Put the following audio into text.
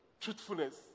truthfulness